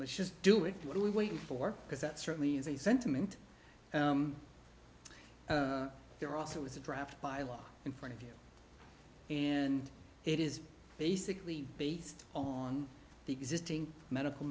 let's just do it what are we waiting for because that certainly is a sentiment there also is a draft by law in front of you and it is basically based on the existing medical